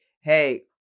hey